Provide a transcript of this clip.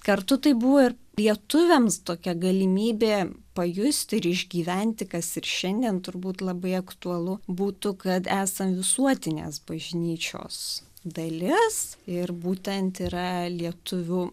kartu tai buvo ir lietuviams tokia galimybė pajusti ir išgyventi kas ir šiandien turbūt labai aktualu būtų kad esam visuotinės bažnyčios dalis ir būtent yra lietuvių